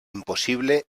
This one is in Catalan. impossible